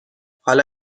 حالا